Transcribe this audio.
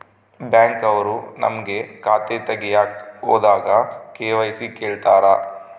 Bank ಅವ್ರು ನಮ್ಗೆ ಖಾತೆ ತಗಿಯಕ್ ಹೋದಾಗ ಕೆ.ವೈ.ಸಿ ಕೇಳ್ತಾರಾ?